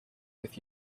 with